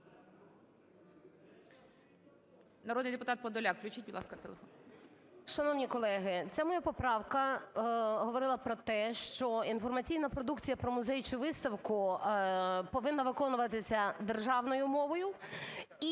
Народний депутат Подоляк, включіть, будь ласка. 16:35:53 ПОДОЛЯК І.І. Шановні колеги! Ця моя поправка говорила про те, що інформаційна продукція про музей чи виставку повинна виконуватися державною мовою